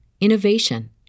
innovation